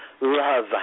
Love